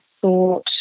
thought